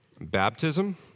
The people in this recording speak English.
Baptism